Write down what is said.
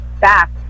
back